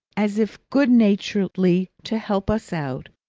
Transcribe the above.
as if good-naturedly to help us out,